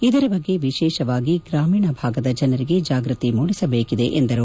ಇದರ ಬಗ್ಗೆ ವಿಶೇಷವಾಗಿ ಗ್ರಾಮೀಣ ಭಾಗದಲ್ಲಿ ಜಾಗೃತಿ ಮೂಡಿಸಬೇಕಿದೆ ಎಂದರು